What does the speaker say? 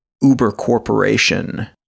uber-corporation